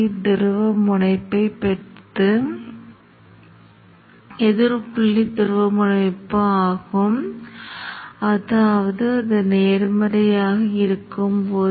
நீங்கள் இங்கே ஒரு சமிக்ஞையை அளவிட விரும்பும் போதெல்லாம் அது வெளியீட்டுப் பக்கத்தில் உள்ள சில புள்ளிகளைப் பொறுத்து இருக்க வேண்டும்